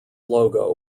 logo